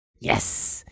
Yes